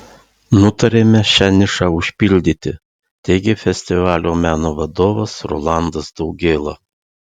nutarėme šią nišą užpildyti teigė festivalio meno vadovas rolandas daugėla